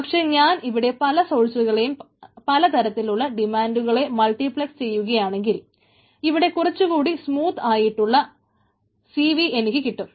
പക്ഷേ ഞാൻ ഇവിടെ പല സോഴ്സുകളുടെയും പലതരത്തിലുള്ള ഡിമാൻഡുകളെ മൾട്ടിപ്ലക്സ് ചെയ്യുകയാണെങ്കിൽ ഇവിടെ കുറച്ചുകൂടി സ്മൂത്ത് ആയിട്ടുള്ള CV എനിക്ക് കിട്ടും